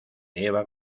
eva